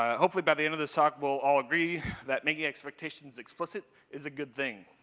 hopefully by the end of this talk we'll all agree that making expectations explicit is a good thing.